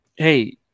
Hey